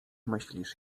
myślisz